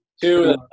Two